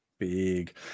Big